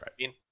Right